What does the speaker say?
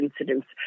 incidents